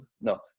No